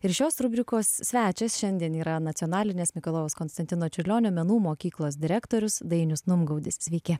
ir šios rubrikos svečias šiandien yra nacionalinės mikalojaus konstantino čiurlionio menų mokyklos direktorius dainius numgaudis sveiki